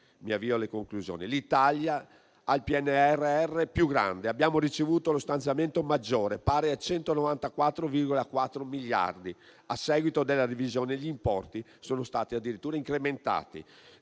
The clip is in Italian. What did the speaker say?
L'Italia ha il PNRR più grande; abbiamo ricevuto lo stanziamento maggiore, pari a 194,4 miliardi di euro (e, a seguito della revisione, gli importi sono stati addirittura incrementati),